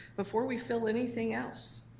before we fill anything else.